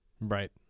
Right